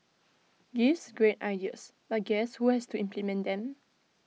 gives great ideas but guess who has to implement them